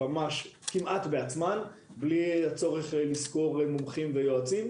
בעצמן בלי הצורך לשכור מומחים ויועצים.